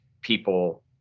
people